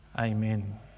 Amen